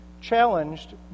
challenged